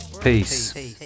peace